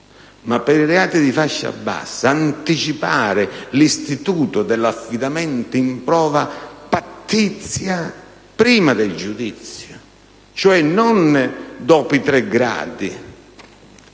non sul giudizio definitivo: anticipare l'istituto dell'affidamento in prova pattizia prima del giudizio, cioè non dopo i tre gradi,